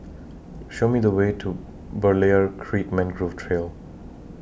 Show Me The Way to Berlayer Creek Mangrove Trail